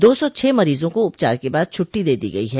दो सौ छह मरीजों को उपचार के बाद छुट्टी दे दी गई है